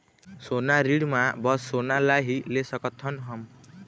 सोना ऋण मा बस सोना ला ही ले सकत हन हम?